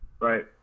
right